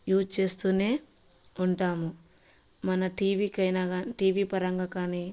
use చేస్తూనే ఉంటాము మన టీ వీకైనా కానీ టీ వీ పరంగా కానీ